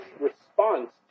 response